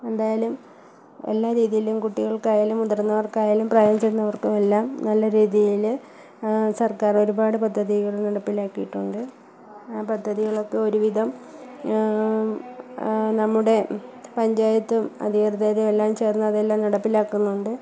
എന്തായാലും എല്ലാ രീതിയിലും കുട്ടികൾക്കായാലും മുതിർന്നവർക്കായാലും പ്രായം ചെന്നവർക്കും എല്ലാം നല്ല രീതിയിൽ സർക്കാർ ഒരുപാട് പദ്ധതികൾ നടപ്പിലാക്കിയിട്ടുണ്ട് ആ പദ്ധതികളൊക്കെ ഒരു വിധം നമ്മുടെ പഞ്ചായത്തും അധികൃതരും എല്ലാം ചേർന്ന് അതെല്ലാം നടപ്പിലാക്കുന്നുണ്ട്